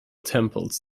temples